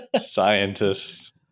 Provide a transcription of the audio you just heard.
Scientists